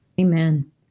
Amen